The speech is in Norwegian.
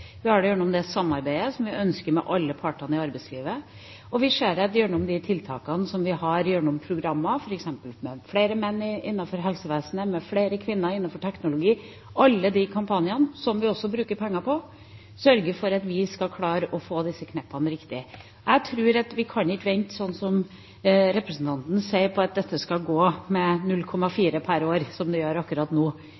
Vi har det gjennom det samarbeidet som vi ønsker å ha med alle partene i arbeidslivet, og vi ser at gjennom de tiltakene som vi har gjennom programmer, f.eks. for å få flere menn inn i helsevesenet og flere kvinner innenfor teknologi – alle de kampanjene som vi også bruker penger på – sørger vi for at vi skal klare å få disse kneppene riktig. Jeg tror at vi ikke kan vente, slik som representanten sier, at dette skal gå med